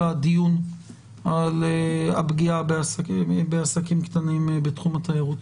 דיון על הפגיעה בעסקים קטנים בתחום התיירות.